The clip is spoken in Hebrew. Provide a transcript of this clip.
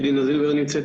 מבקשים.